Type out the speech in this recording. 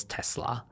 Tesla